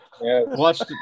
Watched